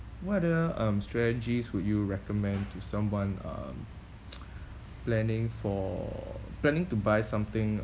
what other um strategies would you recommend to someone um planning for planning to buy something